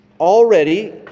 already